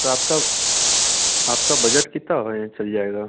तो आपका आपका बजट कितना होए चल जाएगा